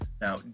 now